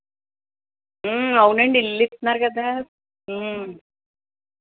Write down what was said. అవునండి ఇల్లు ఇస్తున్నారు కదా